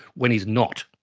when he's not.